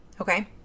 okay